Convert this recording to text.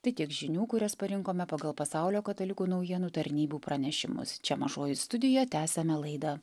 tai tiek žinių kurias parinkome pagal pasaulio katalikų naujienų tarnybų pranešimus čia mažoji studija tęsiame laidą